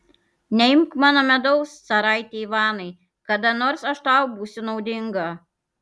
neimk mano medaus caraiti ivanai kada nors aš tau būsiu naudinga